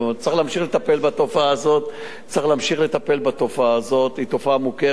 כמה כתבי אישום?